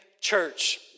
church